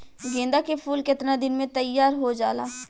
गेंदा के फूल केतना दिन में तइयार हो जाला?